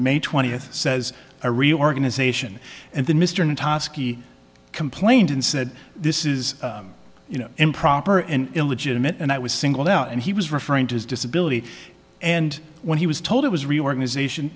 may twentieth says a reorganization and the mr natonski complaint and said this is you know improper and illegitimate and i was singled out and he was referring to his disability and when he was told it was reorganization